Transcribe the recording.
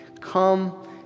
come